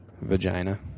Vagina